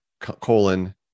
colon